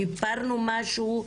שיפרנו משהו,